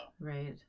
Right